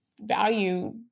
value